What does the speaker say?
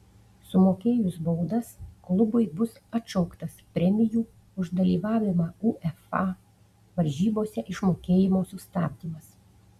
sumokėjus baudas klubui bus atšauktas premijų už dalyvavimą uefa varžybose išmokėjimo sustabdymas